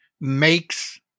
makes